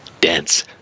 dense